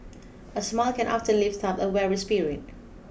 a smile can often lift up a weary spirit